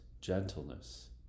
gentleness